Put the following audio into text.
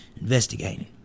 investigating